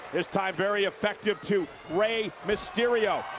this time, very effective to rey mysterio.